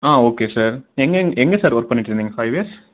ஆ okay sir எங்கேங் எங்கே sir work பண்ணிட்டுருந்தீங்க ஃபைவ் இயர்ஸ்